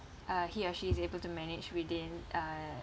uh he or she is able to manage within uh